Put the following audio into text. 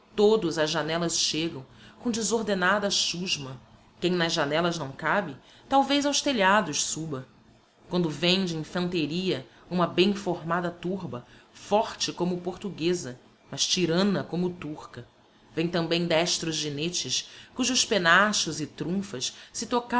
todos ás janellas chegam com desordenada chusma quem nas janellas não cabe talvez aos telhados suba quando vem de infanteria uma bem formada turba forte como portugueza mas tyranna como turca vem tambem destros ginetes cujos pennachos e trunfas se